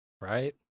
Right